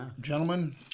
Gentlemen